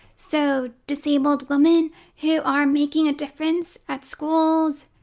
so, disabled women who are making a difference at schools,